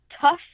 tough